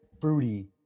fruity